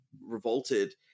revolted